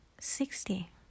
sixty